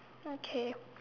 okay